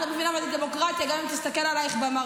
את לא מבינה מה זה דמוקרטיה גם אם תסתכל עלייך במראה.